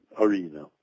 arena